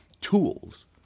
tools